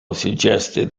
suggested